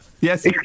Yes